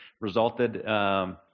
resulted